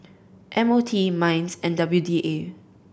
M O T MINDS and W D A